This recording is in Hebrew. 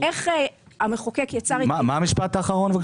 מה המשפט האחרון?